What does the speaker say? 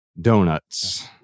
donuts